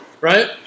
Right